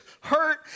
hurt